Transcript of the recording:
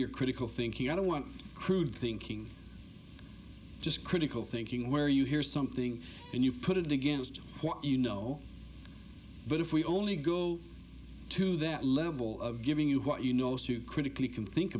your critical thinking i don't want crude thinking just critical thinking where you hear something and you put it against what you know but if we only go to that level of giving you what you know soup critically can think